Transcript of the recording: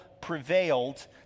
prevailed